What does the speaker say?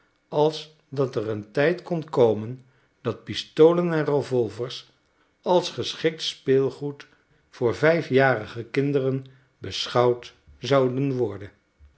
als dat er een tijd kon komen dat pistolen en revolvers als geschikt speelgoed voor vijfjarige kinderen beschouwd zouden worden